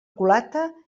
culata